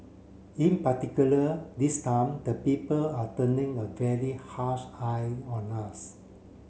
in particular this time the people are turning a very harsh eye on us